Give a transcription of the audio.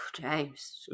James